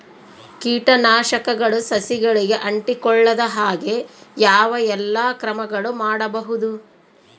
ಕೇಟನಾಶಕಗಳು ಸಸಿಗಳಿಗೆ ಅಂಟಿಕೊಳ್ಳದ ಹಾಗೆ ಯಾವ ಎಲ್ಲಾ ಕ್ರಮಗಳು ಮಾಡಬಹುದು?